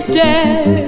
dead